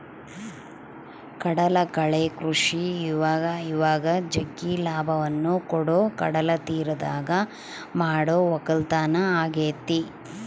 ಕಡಲಕಳೆ ಕೃಷಿ ಇವಇವಾಗ ಜಗ್ಗಿ ಲಾಭವನ್ನ ಕೊಡೊ ಕಡಲತೀರದಗ ಮಾಡೊ ವಕ್ಕಲತನ ಆಗೆತೆ